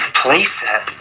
playset